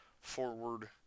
forward